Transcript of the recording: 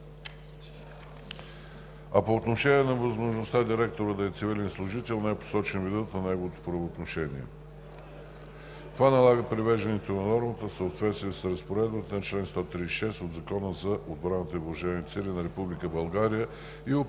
а по отношение на възможността директорът да е цивилен служител не е посочен видът на неговото правоотношение. Това налага привеждането на нормата в съответствие с разпоредбата на чл. 136 от Закона за отбраната и Въоръжените сили на Република България и